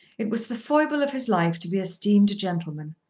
it was the foible of his life to be esteemed a gentleman,